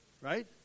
Right